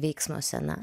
veiksmo scena